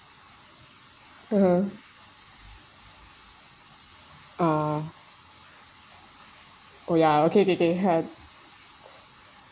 (uh huh) uh oh ya okay okay okay ha